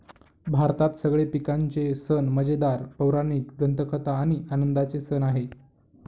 भारतात सगळे पिकांचे सण मजेदार, पौराणिक दंतकथा आणि आनंदाचे सण आहे